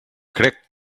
crec